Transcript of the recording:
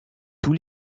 tous